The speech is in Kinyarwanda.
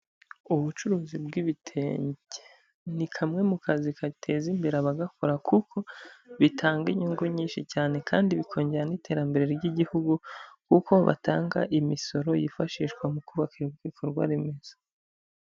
Ubucuruzi bw'ibitenge, ni kamwe mu kazi gateza imbere abagakora, kuko bitanga inyungu nyinshi cyane, kandi bikongera n'iterambere ry'igihugu, kuko batanga imisoro yifashishwa mu kubaka ibikorwa remezo.